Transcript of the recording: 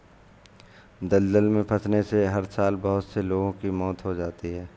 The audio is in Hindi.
दलदल में फंसने से हर साल बहुत से लोगों की मौत हो जाती है